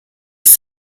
ist